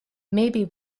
maybe